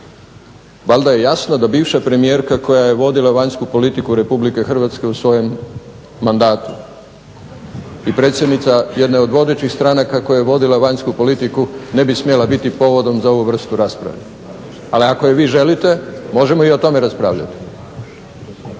valjda je jasno da bivša premijerska koja je vodila vanjsku politiku RH u svojem mandatu i predsjednica jedne od vodećih stranaka koja je vodila vanjsku politiku ne bi smjela biti povodom za ovu vrstu rasprave ali ako je vi želite možemo i o tome raspravljati.